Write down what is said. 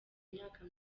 imyaka